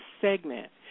segment